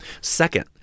Second